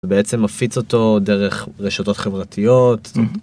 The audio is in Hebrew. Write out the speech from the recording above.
בעצם מפיץ אותו דרך רשתות חברתיות.